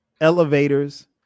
Elevators